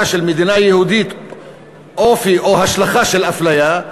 של מדינה יהודית אופי או השלכה של אפליה,